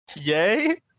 Yay